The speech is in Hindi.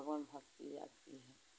भगवान भक्ति आती है